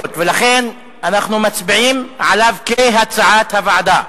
הסתייגויות ולכן אנחנו מצביעים עליו כהצעת הוועדה.